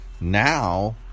Now